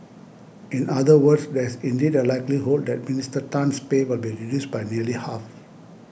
in other words there's indeed a likelihood that Minister Tan's pay will be reduced by nearly half